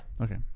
okay